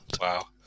Wow